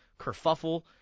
kerfuffle